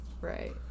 right